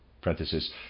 Parenthesis